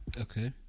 okay